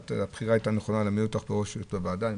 הבחירה להעמיד אותך בראשות הוועדה הייתה נכונה.